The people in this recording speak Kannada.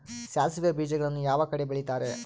ಸಾಸಿವೆ ಬೇಜಗಳನ್ನ ಯಾವ ಕಡೆ ಬೆಳಿತಾರೆ?